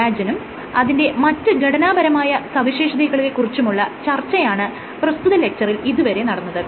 കൊളാജെനും അതിന്റെ മറ്റ് ഘടനാപരമായ സവിശേഷതകളെ കുറിച്ചുമുള്ള ചർച്ചയാണ് പ്രസ്തുത ലെക്ച്ചറിൽ ഇതുവരെ നടന്നത്